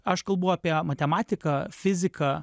aš kalbu apie matematiką fiziką